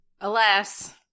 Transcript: alas